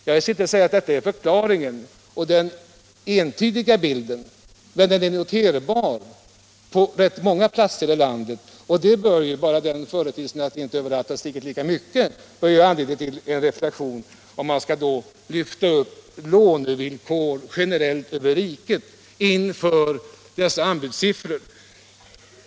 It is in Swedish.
Jag vill inte säga att detta är hela förklaringen eller att bilden är entydig, men den är noterbar på rätt många platser i landet. Bara den företeelsen att priserna inte har stigit lika mycket på alla orter bör ge anledning till en reflexion om huruvida man inför de aktuella anbudssiffrorna skall lyfta upp lånevillkoren generellt över riket.